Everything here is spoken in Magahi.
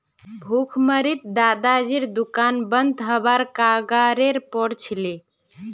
भुखमरीत दादाजीर दुकान बंद हबार कगारेर पर छिले